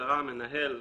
בהגדרה "המנהל",